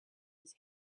his